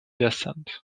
descent